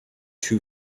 two